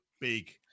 big